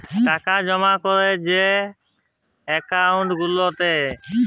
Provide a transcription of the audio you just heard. টাকা জমা ক্যরে যে একাউল্ট গুলাতে